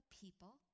people